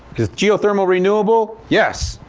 is geothermal renewable? yes.